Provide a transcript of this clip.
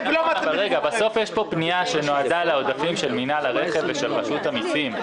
יש פה פנייה שנועדה לעודפים של מינהל הרכב ושל רשות המסים.